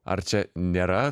ar čia nėra